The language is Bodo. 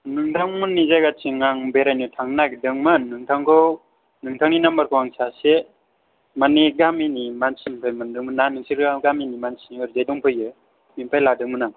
नोंथांमोननि जायगाथिं आं बेरायनो थांनो नागेरदोंमोन नोंथांखौ नोंथांनि नाम्बारखौ आं सासे माने गामिनि मानसिनिफ्राय मोनदोंमोन ना नोंसोर गामिनि मानसि ओरैजाय दंफैयो बेनिफ्राय लादोंमोन आं